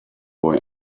boy